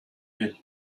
piel